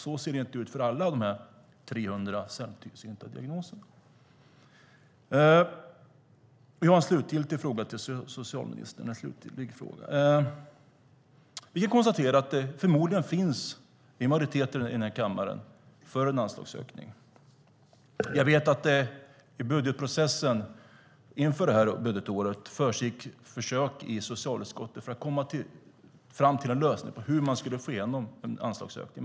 Så ser det inte ut för alla dessa 300 sällsynta diagnoser. Jag har en slutgiltig fråga till socialministern. Vi kan konstatera att det förmodligen finns en majoritet i denna kammare för en anslagsökning. Jag vet att det i budgetprocessen inför detta budgetår försiggick försök i socialutskottet att komma fram till en lösning på hur man skulle få igenom en anslagsökning.